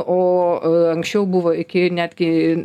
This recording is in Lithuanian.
o anksčiau buvo iki netgi